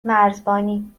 مرزبانی